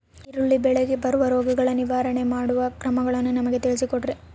ಈರುಳ್ಳಿ ಬೆಳೆಗೆ ಬರುವ ರೋಗಗಳ ನಿರ್ವಹಣೆ ಮಾಡುವ ಕ್ರಮಗಳನ್ನು ನಮಗೆ ತಿಳಿಸಿ ಕೊಡ್ರಿ?